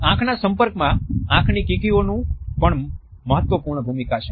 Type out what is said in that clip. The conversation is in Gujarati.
આંખના સંપર્કમાં આંખની કીકીઓની પણ મહત્વપૂર્ણ ભૂમિકા છે